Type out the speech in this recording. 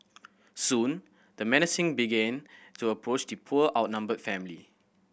soon the menacing began to approach the poor outnumbered family